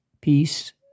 peace